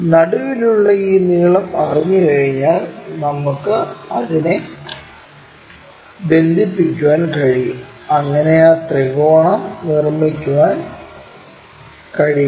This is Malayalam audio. നടുവിലുള്ള ഈ നീളം അറിഞ്ഞുകഴിഞ്ഞാൽ നമുക്ക് അതിനെ ബന്ധിപ്പിക്കാൻ കഴിയും അങ്ങനെ ആ ത്രികോണം നിർമ്മിക്കാൻ കഴിയും